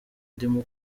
ndimo